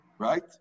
Right